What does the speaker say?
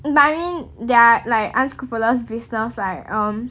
but I mean their like unscrupulous businesses like um